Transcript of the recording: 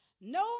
no